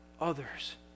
others